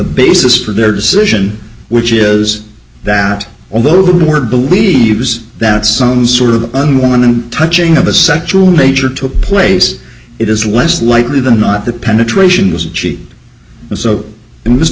basis for their decision which is that although the board believes that some sort of unwanted touching of a sexual nature took place it is less likely than not that penetration was cheap and